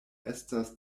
estas